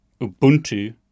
Ubuntu